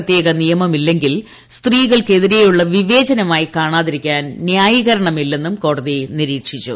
പ്രത്യേക നിയമമില്ലെങ്കിൽ സ്ത്രീകൾക്ക് എതിരെയുള്ള വിവേചനമായി കാണാതിരിക്കാൻ ന്യായീകരണമില്ലെന്നും കോടതി നിരീക്ഷിച്ചു